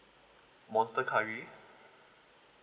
monster curry